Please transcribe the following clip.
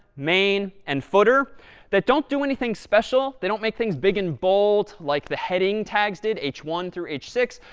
main, and footer that don't do anything special. they don't make things big and bold like the heading tags did, h one through h six.